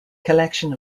collection